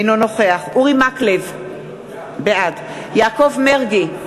אינו נוכח אורי מקלב, בעד יעקב מרגי,